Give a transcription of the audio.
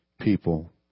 people